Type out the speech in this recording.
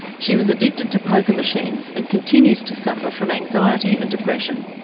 she was addicted to poker machines, and continues to suffer from anxiety and depression.